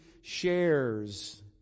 shares